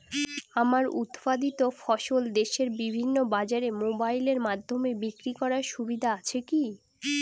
আমার উৎপাদিত ফসল দেশের বিভিন্ন বাজারে মোবাইলের মাধ্যমে বিক্রি করার সুবিধা আছে কি?